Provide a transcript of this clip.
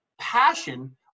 passion –